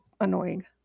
annoying